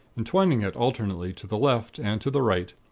entwining it alternately to the left and to the right,